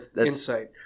insight